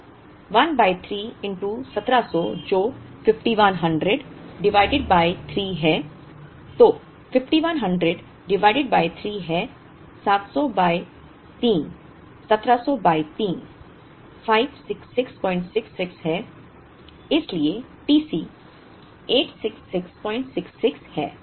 तो 1 बाय 3 1700 जो 5100 divided by 3 है तो 5100 डिवाइडेड बाय 3 है 700 बाय 3 1700 बाय 3 56666 है इसलिए T C 86666 है